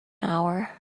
hour